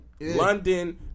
London